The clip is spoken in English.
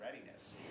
readiness